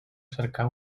cercar